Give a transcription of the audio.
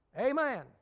Amen